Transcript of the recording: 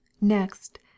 next